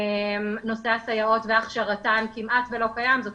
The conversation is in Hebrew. נושא הסייעות והכשרתן כמעט ולא קיים זאת